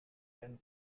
ten